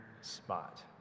spot